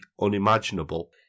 unimaginable